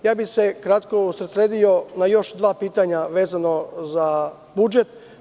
Kratko bih se usredsredio na još dva pitanja vezano za budžet.